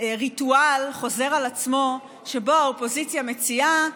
ריטואל חוזר על עצמו שבו האופוזיציה מציעה,